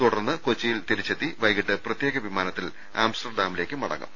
തുടർന്ന് കൊച്ചിയിൽ തിരിച്ചെത്തി വൈകിട്ട് പ്രത്യേക വിമാനത്തിൽ ആംസ്റ്റർഡാമിലേക്ക് മടങ്ങും